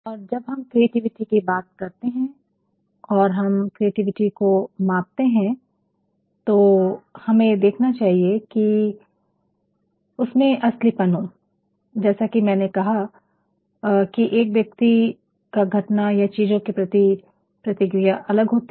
और जब हम क्रिएटिविटी की बात करते हैं और हम क्रिएटिविटी को मापते हैं तो हमें यह देखना चाहिए कि उसमें असलीपन हो जैसा कि मैंने पहले कहा कि एक व्यक्ति का घटना या चीजों के प्रतिक्रिया अलग होती हैं